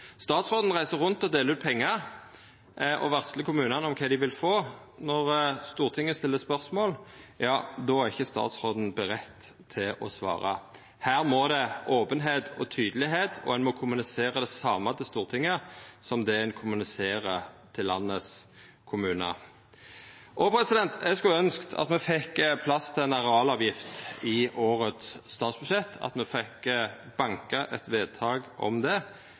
Statsråden reiser rundt og deler ut pengar og varslar kommunane om kva dei vil få. Når Stortinget stiller spørsmål, er ikkje statsråden klar til å svara. Her må det vera openheit og tydelegheit, og ein må kommunisera det same til Stortinget som det ein kommuniserer til kommunane i landet. Eg skulle ønskt at me fekk plass til ei arealavgift i årets statsbudsjett, at me fekk banka eit vedtak om det,